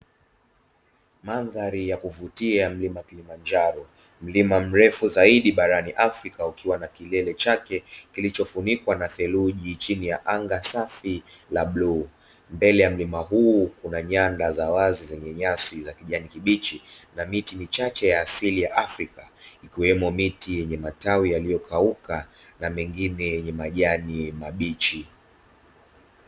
Mandhari ya kuvutia mlima Kilimanjaro, mlima mrefu zaidi barani Afrika ukiwa na kilele chake kilichofunikwa na theluji, chini ya anga safi la bluu. Mbele ya mlima huu kuna nyanda za wazi zenye nyasi za kijani kibichi na miti michache ya asili ya Afrika, ikiwemo miti yenye matawi yaliyokauka na mengine yenye majani mabichi.